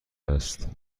است